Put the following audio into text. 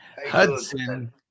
Hudson